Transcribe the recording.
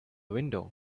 window